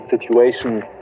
situation